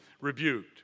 rebuked